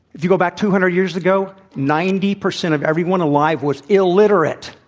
if you go back two hundred years ago, ninety percent of everyone alive was illiterate.